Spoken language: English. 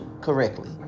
correctly